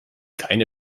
keine